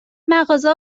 مغازه